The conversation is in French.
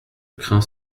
crains